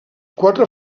quatre